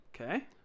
Okay